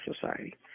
society